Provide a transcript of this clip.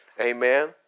Amen